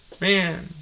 Man